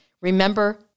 Remember